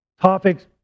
topics